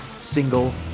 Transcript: single